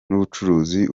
n’ubucuruzi